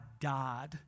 died